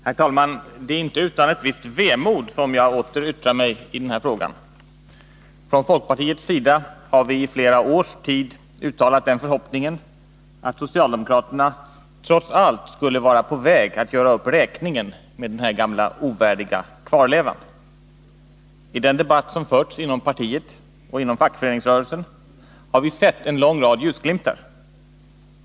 Herr talman! Det är inte utan ett visst vemod som jag åter yttrar mig i den här frågan. Från folkpartiets sida har vi i flera års tid uttalat den förhoppningen att socialdemokraterna trots allt skulle vara på väg att göra upp räkningen med den här gamla ovärdiga kvarlevan. I den debatt som förts inom partiet och inom fackföreningsrörelsen har vi sett en lång rad ljusglimtar.